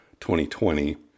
2020